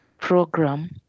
program